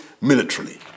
militarily